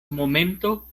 momento